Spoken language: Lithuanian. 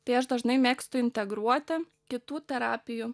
tai aš dažnai mėgstu integruoti kitų terapijų